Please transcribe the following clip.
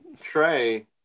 Trey